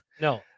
No